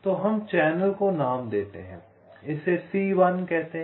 तो हम चैनल को नाम देते हैं इस चैनल को C1 कहते हैं